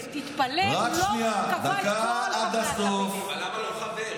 תתפלא, הוא לא קבע את כל חברי הקבינט.